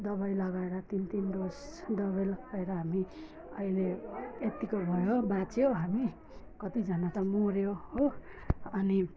दबाई लगाएर तिन तिन डोज दबाई लगाएर हामी अहिले यतिको भयो हो बाँच्यो हामी कतिजना त मऱ्यो हो अनि